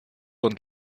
und